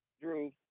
Drew